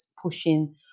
pushing